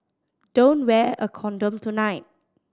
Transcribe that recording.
don't wear a condom tonight